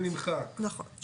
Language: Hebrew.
נכון.